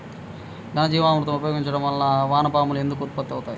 ఘనజీవామృతం ఉపయోగించటం వలన వాన పాములు ఎందుకు ఉత్పత్తి అవుతాయి?